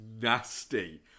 nasty